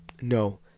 no